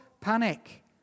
panic